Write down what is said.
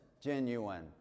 genuine